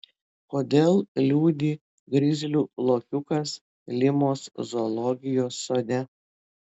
kodėl liūdi grizlių lokiukas limos zoologijos sode